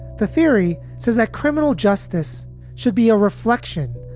the theory says that criminal justice should be a reflection,